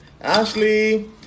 Ashley